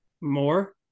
more